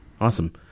awesome